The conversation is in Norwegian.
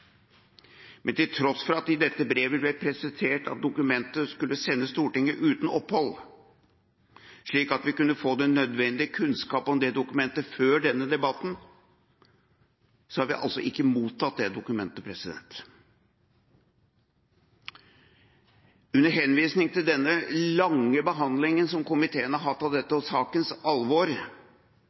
Men til tross for at det i dette brevet ble presisert at dokumentet skulle sendes Stortinget uten opphold, slik at vi kunne få den nødvendige kunnskap om dokumentet før denne debatten, har vi ikke mottatt dokumentet. Under henvisning til den lange behandlingen som komiteen har hatt av dette, og sakens alvor,